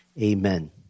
Amen